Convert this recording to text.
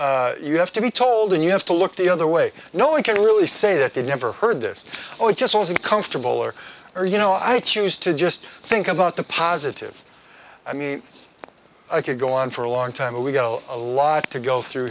know you have to be told and you have to look the other way no one can really say that it never heard this or it just wasn't comfortable or are you know i choose to just think about the positive i mean i could go on for a long time we got a lot to go through